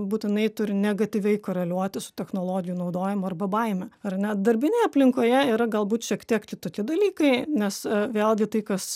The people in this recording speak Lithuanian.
būtinai turi negatyviai koreliuoti su technologijų naudojimu arba baime ar ne darbinėje aplinkoje yra galbūt šiek tiek kitokie dalykai nes vėlgi tai kas